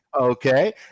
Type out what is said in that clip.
okay